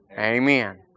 Amen